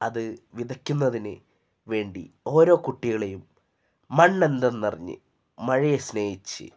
അത് വിതക്കുന്നതിനു വേണ്ടി ഓരോ കുട്ടികളെയും മണ്ണെന്തെന്നറിഞ്ഞ് മഴയെ സ്നേഹിച്ച്